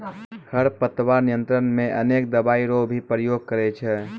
खरपतवार नियंत्रण मे अनेक दवाई रो भी प्रयोग करे छै